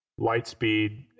Lightspeed